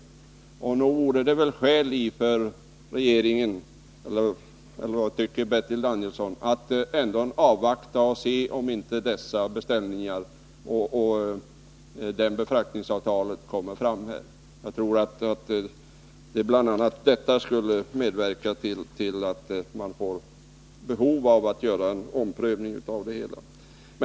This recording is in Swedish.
Tycker inte Bertil Danielsson att det ändå finns skäl att avvakta och se om inte dessa beställningar kan genomföras och om befraktningsavtalen kan bli klara? Bl. a. detta borde leda till att man inser behovet av att göra en omprövning av det hela.